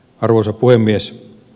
arvoisa puhemies